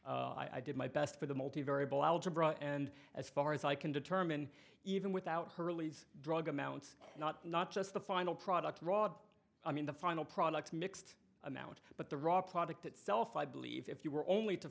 i did my best for the multivariable algebra and as far as i can determine even without hurley's drug amounts not not just the final product raud i mean the final product mixed amount but the raw product itself i believe if you were only to